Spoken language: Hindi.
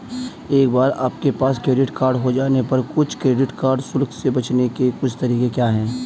एक बार आपके पास क्रेडिट कार्ड हो जाने पर कुछ क्रेडिट कार्ड शुल्क से बचने के कुछ तरीके क्या हैं?